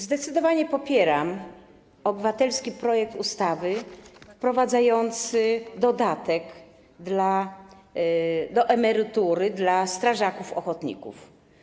Zdecydowanie popieram obywatelski projekt ustawy wprowadzający dodatek do emerytury dla strażaków ochotników.